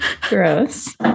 Gross